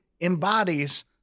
embodies